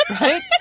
Right